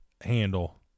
handle